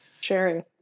Sharing